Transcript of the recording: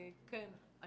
כן.